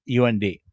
UND